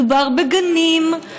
מדובר בגנים,